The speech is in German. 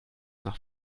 nach